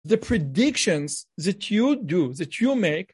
The predictions that you do, that you make